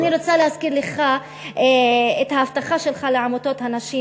אני רוצה להזכיר לך את ההבטחה שלך לעמותות הנשים,